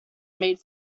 made